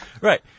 Right